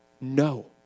No